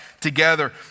together